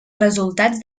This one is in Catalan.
resultats